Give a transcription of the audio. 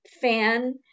fan